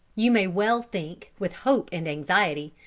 you may well think, with hope and anxiety,